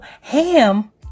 Ham